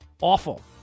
awful